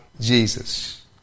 Jesus